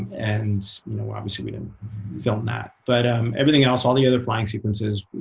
and you know obviously we didn't film that. but um everything else, all the other flying sequences,